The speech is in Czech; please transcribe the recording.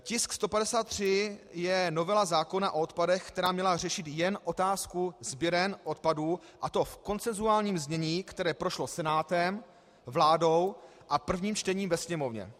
Tisk 153 je novela zákona o odpadech, která měla řešit jen otázku sběren odpadů, a to v konsensuálním znění, které prošlo Senátem, vládou a prvním čtením ve Sněmovně.